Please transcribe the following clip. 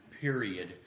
period